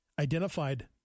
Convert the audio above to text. Identified